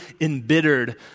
embittered